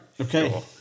Okay